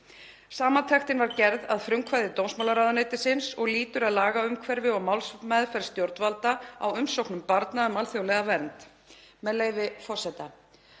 Samantektin var gerð að frumkvæði dómsmálaráðuneytisins og lýtur að lagaumhverfi og málsmeðferð stjórnvalda á umsóknum barna um alþjóðlega vernd, með leyfi forseta: